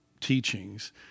teachings